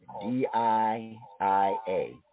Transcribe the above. D-I-I-A